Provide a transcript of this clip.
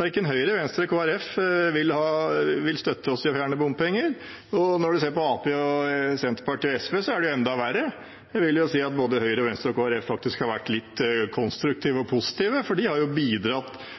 Verken Høyre, Venstre eller Kristelig Folkeparti vil støtte oss i det å fjerne bompenger. Når man ser på Arbeiderpartiet, Senterpartiet og SV, er det enda verre. Jeg vil si at både Høyre, Venstre og Kristelig Folkeparti har vært litt konstruktive og positive, for de har bidratt